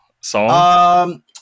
song